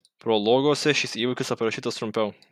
prologuose šis įvykis aprašytas trumpiau